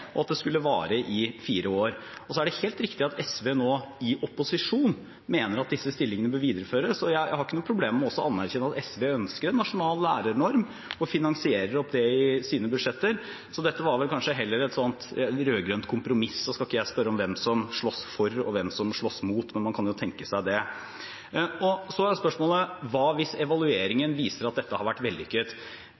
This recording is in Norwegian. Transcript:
skulle vare i fire år. Det er helt riktig at SV nå, i opposisjon, mener at disse stillingene bør videreføres, og jeg har ikke noe problem med å anerkjenne at SV ønsker en nasjonal lærernorm og finansierer opp det i sine budsjetter. Så dette var vel kanskje heller et sånt rød-grønt kompromiss. Jeg skal ikke spørre om hvem som sloss for, og hvem som sloss imot, men man kan jo tenke seg det. Så var spørsmålet: Hva hvis